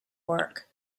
work